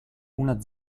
una